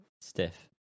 Stiff